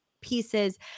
pieces